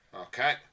Okay